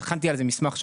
הכנסתי על זה מסמך שלם,